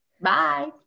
Bye